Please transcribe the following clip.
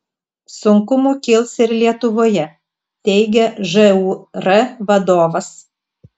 sunkumų kils ir lietuvoje teigia žūr vadovas